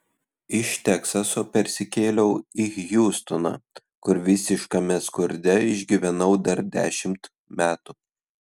iš teksaso persikėliau į hjustoną kur visiškame skurde išgyvenau dar dešimt metų